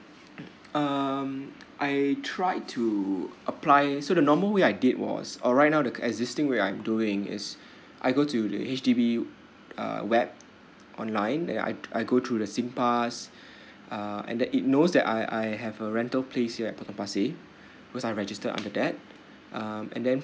um I tried to apply so the normal way I did was or right now the existing way I'm doing is I go to the H_D_B uh web online then I I go to the singpass uh and that it knows that I I have a rental place here at potong pasir cause I registered under that um and then